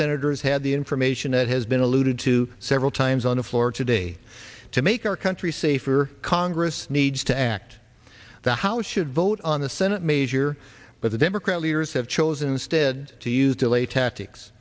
senators had the information that has been alluded to several times on the floor today to make our country safer congress needs to act the house should vote on the senate major but the democrat leaders have chosen instead to use delay tactics